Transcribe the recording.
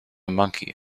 monkey